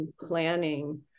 planning